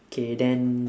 K then